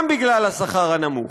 גם בגלל השכר הנמוך.